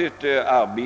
Ett